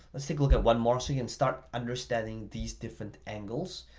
let's take a look at one more thing and start understanding these different angles.